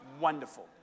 wonderful